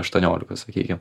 aštuoniolikos sakykim